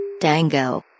Dango